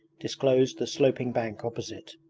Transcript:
disclosed the sloping bank opposite.